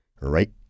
Right